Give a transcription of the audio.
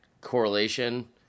correlation